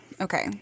Okay